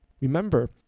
Remember